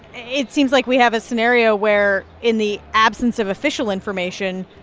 it seems like we have a scenario where, in the absence of official information,